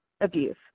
abuse